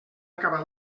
acabat